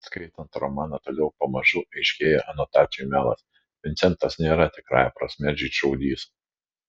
skaitant romaną toliau pamažu aiškėja anotacijų melas vincentas nėra tikrąja prasme žydšaudys